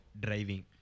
driving